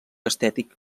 estètic